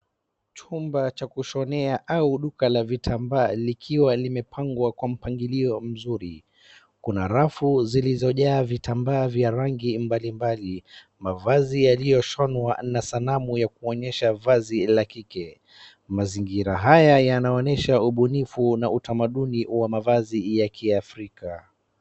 Chumba cha kushonea au duka la vitambaa likiwa limepangwa kwa mpangilio mzuri. Kuna rafu zilizojaa vitambaa vya rangi mbalimbali. Mavazi yaliyoshonwa na sanamu ya kuonyesha vazi la kike. Mazingira haya yanaonyesha ubunifu na utamaduni wa mavazi ya kiafrika.